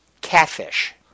catfish